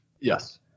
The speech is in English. Yes